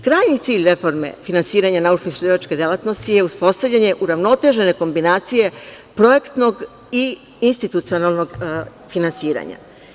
Krajnji cilj reforme finansiranja naučno-istraživačke delatnosti je uspostavljanje uravnotežene kombinacije projektnog i institucionalnog finansiranja.